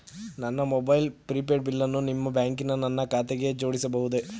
ನನ್ನ mobile prepaid ಬಿಲ್ಲನ್ನು ನಿಮ್ಮ ಬ್ಯಾಂಕಿನ ನನ್ನ ಖಾತೆಗೆ ಜೋಡಿಸಬಹುದೇ?